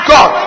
God